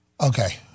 Okay